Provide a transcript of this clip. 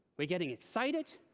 we're getting excited